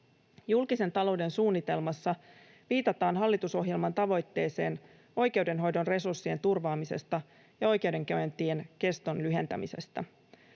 Julkisen talouden suunnitelmassa viitataan hallitusohjelman tavoitteeseen oikeudenhoidon resurssien turvaamisesta ja oikeudenkäyntien keston lyhentämisestä.